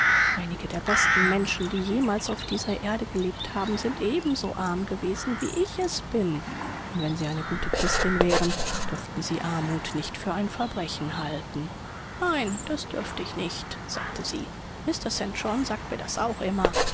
einige der besten menschen die jemals auf dieser erde gelebt haben sind ebenso arm gewesen wie ich es bin und wenn sie eine gute christin wären dürften sie armut nicht für ein verbrechen halten nein das dürft ich nicht sagte sie mr st john sagt mir das auch immer